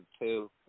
two